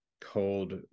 cold